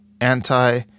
anti